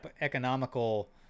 economical